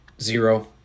zero